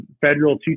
federal